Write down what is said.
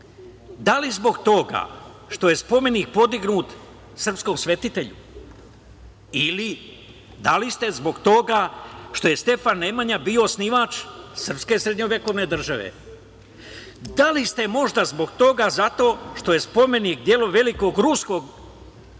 Da li zbog toga što je spomenik podignut srpskom svetitelju? Ili, da li ste zbog toga što je Stefan Nemanja bio osnivač srpske srednjevekovne države? Da li ste možda zbog toga zato što je spomenik delo velikog ruskog umetnika,